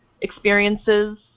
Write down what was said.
experiences